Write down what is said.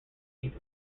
helix